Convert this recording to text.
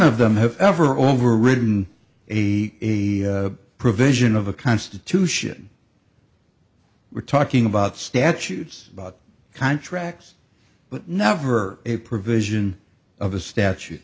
of them have ever overridden a provision of a constitution we're talking about statutes about contracts but never a provision of a statu